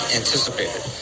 anticipated